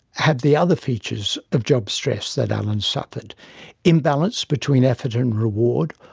have the other features of job stress that alan suffered imbalance between effort and reward,